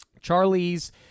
Charlie's